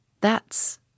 That's